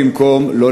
בִּמקום זה,